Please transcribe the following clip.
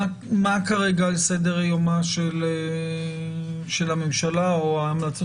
מה כרגע על סדר יומה של הממשלה או ההמלצות